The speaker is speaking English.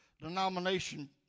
denomination